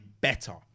better